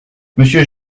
monsieur